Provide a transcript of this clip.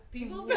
People